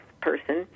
person